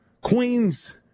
Queens